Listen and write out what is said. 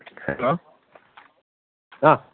hello ആ